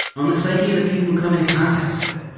on the psyche of the people who come in contact with it.